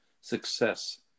success